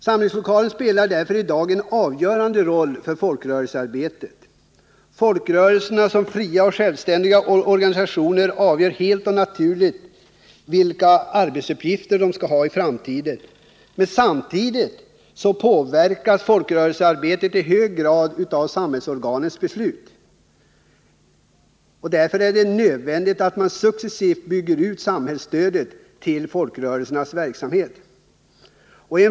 Samlingslokalen spelar i dag en avgörande roll för folkrörelsearbetet. Folkrörelserna som fria och självständiga organisationer avgör helt naturligt vilka arbetsuppgifter de skall ha i framtiden. Samtidigt påverkas emellertid folkrörelsearbetet i hög grad av samhällsorganens beslut. Det är en nödvändighet att man successivt bygger ut samhällsstödet till folkrörelsernas verksamhet.